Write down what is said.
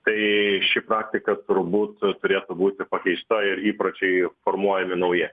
tai ši praktika turbūt turėtų būti pakeista ir įpročiai formuojami nauji